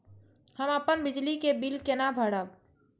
हम अपन बिजली के बिल केना भरब?